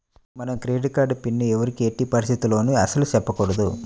మన credit card PIN ఎవ్వరికీ ఎట్టి పరిస్థితుల్లోనూ అస్సలు చెప్పకూడదు